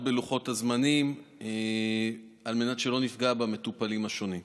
בלוחות הזמנים על מנת שלא נפגע במטופלים השונים.